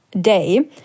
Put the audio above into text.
day